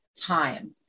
time